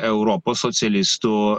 europos socialistų